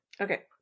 Okay